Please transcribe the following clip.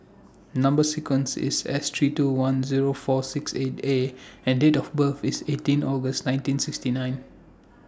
Number sequence IS S three two one Zero four six eight A and Date of birth IS eighteen August nineteen sixty nine